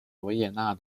维也纳